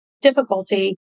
difficulty